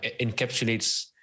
encapsulates